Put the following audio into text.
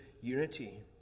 unity